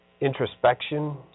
introspection